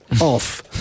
off